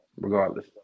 regardless